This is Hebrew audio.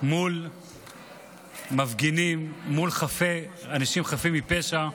מול מפגינים, מול אנשים חפים מפשע.